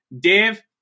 Dave